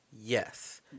Yes